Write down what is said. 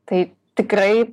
tai tikrai